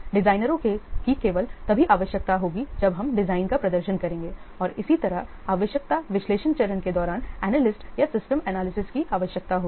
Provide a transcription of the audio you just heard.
डिजाइनरों की केवल तभी आवश्यक होगी जब हम डिजाइन का प्रदर्शन करेंगे और इसी तरह आवश्यकता विश्लेषण चरण के दौरान एनालिस्ट या सिस्टम एनालिसिस की आवश्यकता होगी